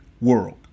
world